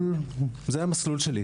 זה היה המסלול שלי,